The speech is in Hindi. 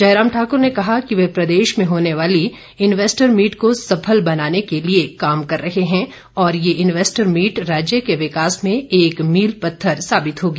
जयराम ठाकुर ने कहा कि वे प्रदेश में होने वाली इन्वेस्टर मीट को सफल बनाने के लिए काम कर रहे हैं और ये इन्वेस्टर मीट राज्य के विकास में एक मील पत्थर साबित होगी